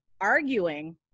arguing